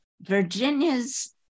Virginia's